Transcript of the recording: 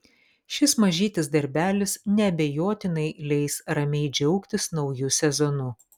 šis mažytis darbelis neabejotinai leis ramiai džiaugtis nauju sezonu